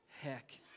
Heck